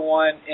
one